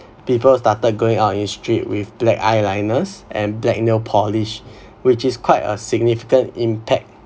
people started going out in the street with black eyeliners and black nail polish which is quite a significant impact